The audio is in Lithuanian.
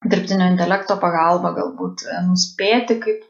dirbtinio intelekto pagalba galbūt nuspėti kaip